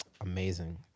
amazing